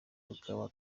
tukaba